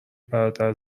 برادر